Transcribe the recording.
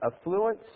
Affluence